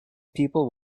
people